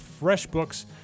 FreshBooks